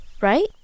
right